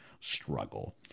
struggle